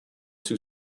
too